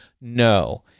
no